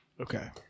Okay